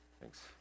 Thanks